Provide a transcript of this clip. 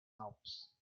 alps